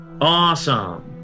Awesome